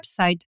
website